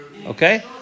Okay